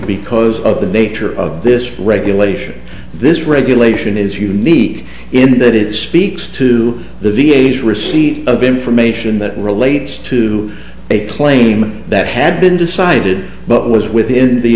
because of the nature of this regulation this regulation is unique in that it speaks to the v a s receipt of information that relates to a claim that had been decided but was within the